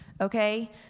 okay